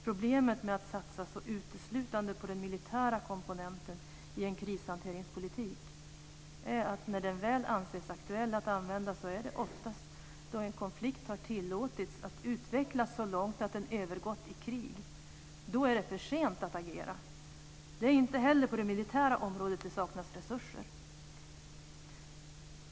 Problemet med att satsa så uteslutande på den militära komponenten i en krishanteringspolitik är att när den väl anses aktuell att använda är det oftast så att en konflikt har tillåtits att utvecklas så långt att det gått över till krig. Då är det för sent att agera. Det är inte heller på det militära området som det saknas resurser.